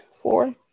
four